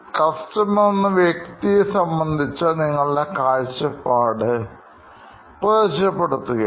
customer എന്ന വ്യക്തിയെ സംബന്ധിച്ച നിങ്ങളുടെ കാഴ്ചപ്പാട് പ്രയോജനപ്പെടുത്തുകയാണ്